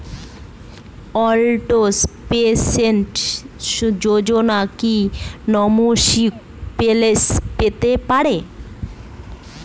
অটল pension Yojana কি নমনীয় pension পেতে পারে?